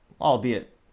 albeit